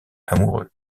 amoureux